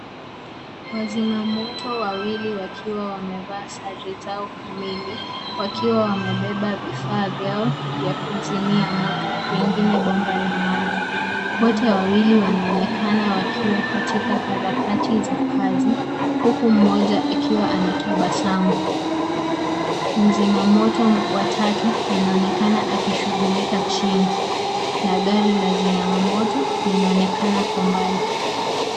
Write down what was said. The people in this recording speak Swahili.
Wazima moto wawili wakiwa wamevaa sare zao kamili, wakiwa wamebeba vifaa vyao vya kuzimia moto pengine bomba la maji. Wote wawili wanaonekana wakiwa katika harakati za kazi, huku mmoja akiwa anatabasamu. Mzima moto wa watatu anaonekana akishughulika chini, na gari la zima moto linaonekana kwa mbali.